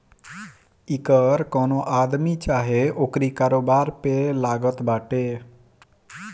इ कर कवनो आदमी चाहे ओकरी कारोबार पे लागत बाटे